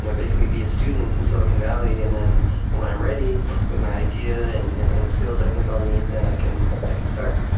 you know basically be a student in silicon valley, and then when i'm ready with my idea and the skills i think i'll need, then i can i can start.